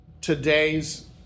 today's